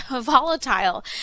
volatile